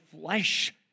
flesh